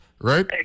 right